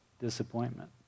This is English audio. disappointment